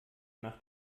nach